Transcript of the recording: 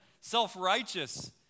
self-righteous